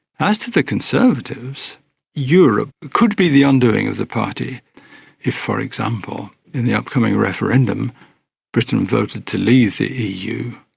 as to the conservatives, europe could be the undoing of the party if, for example, in the upcoming referendum britain voted to leave the eu,